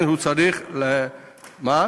לכן הוא צריך, מה?